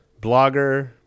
blogger